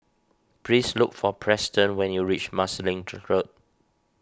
please look for Preston when you reach Marsiling Road